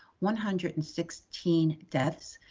one hundred and sixteen deaths,